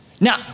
Now